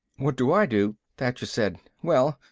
what do i do? thacher said. well,